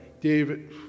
David